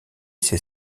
ses